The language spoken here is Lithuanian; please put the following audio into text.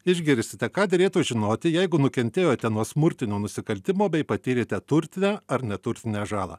išgirsite ką derėtų žinoti jeigu nukentėjote nuo smurtinio nusikaltimo bei patyrėte turtinę ar neturtinę žalą